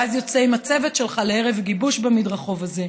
ואז יוצא עם הצוות שלך לערב גיבוש במדרחוב הזה,